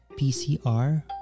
pcr